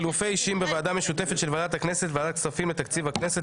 חילופי אישים בוועדה המשותפת של ועדת הכנסת וועדת הכספים לתקציב הכנסת,